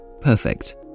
perfect